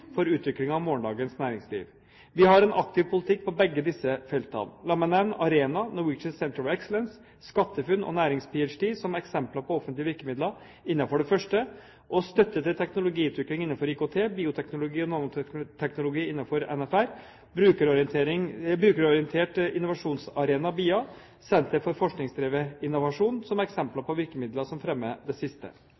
for utvikling av morgendagens næringsliv. Vi har en aktiv politikk på begge disse feltene. La meg nevne Arena, The Norwegian Centre of Excellence, SkatteFUNN og nærings-ph.d. som eksempler på offentlige virkemidler innenfor det første feltet, og støtte til teknologiutvikling innenfor IKT, bioteknologi og nanoteknologi innenfor NFR, Brukerorientert Innovasjonsarena, BIA, og Sentre for forskningsdrevet innovasjon som eksempler